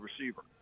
receiver